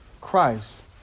Christ